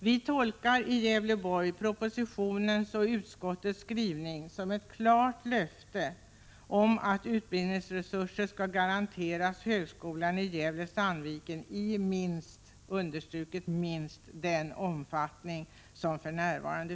Vi i Gävleborg tolkar propositionens och utskottets skrivning såsom ett klart uttalat löfte om att utbildningsresurser skall garanteras högskolan i Gävle Sandviken av minst nuvarande omfattning.